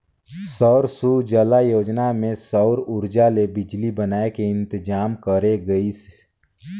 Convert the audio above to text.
सौर सूजला योजना मे सउर उरजा ले बिजली बनाए के इंतजाम करे गइस